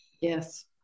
Yes